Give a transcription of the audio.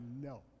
no